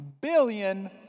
billion